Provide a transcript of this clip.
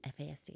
FASD